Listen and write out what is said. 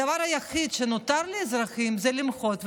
הדבר היחיד שנותר לאזרחים זה למחות ולהפגין.